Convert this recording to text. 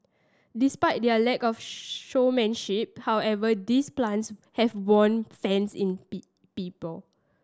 despite their lack of showmanship however these plants have won fans in be people